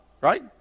right